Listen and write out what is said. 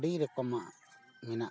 ᱟᱹᱰᱤ ᱨᱚᱠᱚᱢᱟᱜ ᱢᱮᱱᱟᱜ ᱛᱟᱵᱚᱱᱟ